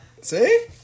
See